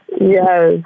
Yes